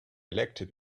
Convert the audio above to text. elected